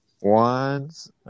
Ones